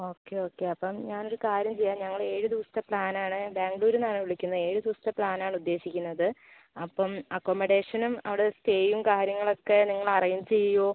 okay okay അപ്പം ഞാനൊരു കാര്യം ചെയ്യാം ഞങ്ങൾ ഏഴു ദിവസത്തെ പ്ലാനാണ് ബാഗ്ലൂരിൽ നിന്നാണ് വിളിക്കുന്നത് ഏഴു ദിവസത്തെ പ്ലാനാണ് ഉദ്ദേശിക്കുന്നത് അപ്പം അക്കൊമഡേഷനും അവിടെ സ്റ്റേയും കാര്യങ്ങളൊക്കെ നിങ്ങൾ അറേഞ്ച് ചെയ്യുമോ